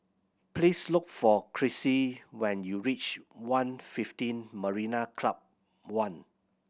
please look for Cressie when you reach One fifteen Marina Club One